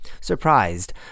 Surprised